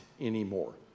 anymore